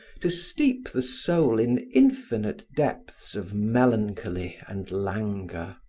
to steep the soul in infinite depths of melancholy and languor.